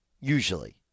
Usually